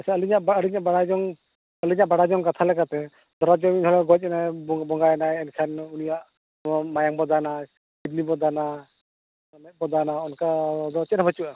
ᱟᱪᱪᱷᱟ ᱟᱹᱞᱤᱧᱟᱜ ᱟᱹᱞᱤᱧᱟᱜ ᱵᱟᱲᱟᱭ ᱡᱚᱝ ᱠᱟᱛᱷᱟ ᱞᱮᱠᱟᱛᱮ ᱫᱷᱚᱨᱚ ᱢᱤᱫ ᱦᱚᱲᱮ ᱜᱚᱡ ᱮᱱᱟᱭ ᱵᱚᱸᱜᱟᱭᱮᱱᱟ ᱮᱱᱠᱷᱟᱱ ᱩᱱᱤᱭᱟᱜ ᱢᱟᱭᱟᱝ ᱵᱚ ᱫᱟᱱᱟ ᱠᱤᱰᱱᱤ ᱵᱚ ᱫᱟᱱᱟ ᱢᱮᱫ ᱠᱚ ᱫᱟᱱᱟ ᱚᱱᱠᱟ ᱫᱚ ᱪᱮᱫ ᱦᱚᱸ ᱵᱟᱹᱪᱩᱜᱼᱟ